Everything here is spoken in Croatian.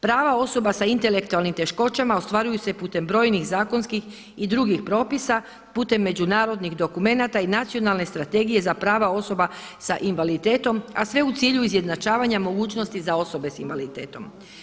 Prava osoba sa intelektualnim teškoćama ostvaruju se putem brojnih zakonskih i drugih propisa, putem međunarodnih dokumenata i Nacionalne strategije za prava osoba sa invaliditetom, a sve u cilju izjednačavanja mogućnost za osobe sa invaliditetom.